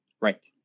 right